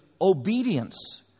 obedience